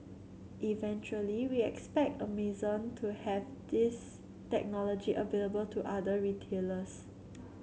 eventually we expect Amazon to have this technology available to other retailers